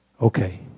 Okay